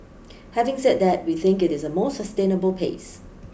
having said that we think it is a more sustainable pace